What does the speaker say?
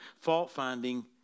fault-finding